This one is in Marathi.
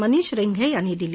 मनीष रेंघश्रांनी दिली